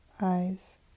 eyes